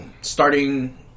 Starting